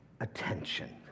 attention